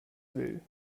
will